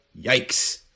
yikes